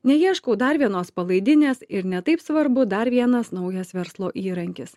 neieškau dar vienos palaidinės ir ne taip svarbu dar vienas naujas verslo įrankis